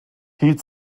hielt